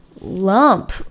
lump